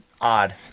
odd